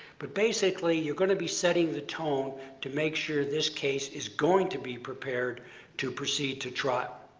but basically, you're going to be setting the tone to make sure this case is going to be prepared to proceed to trial.